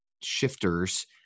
shifters